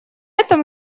этом